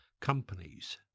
companies